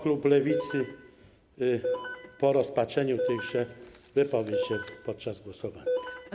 Klub Lewicy po rozpatrzeniu tychże wypowie się podczas głosowania.